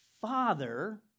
father